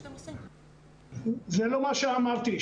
זה לא מה שאמרתי.